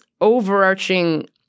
overarching